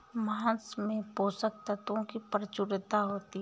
माँस में पोषक तत्त्वों की प्रचूरता होती है